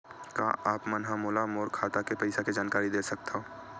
का आप मन ह मोला मोर खाता के पईसा के जानकारी दे सकथव?